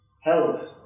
help